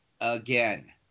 Again